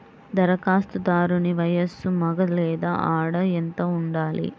ధరఖాస్తుదారుని వయస్సు మగ లేదా ఆడ ఎంత ఉండాలి?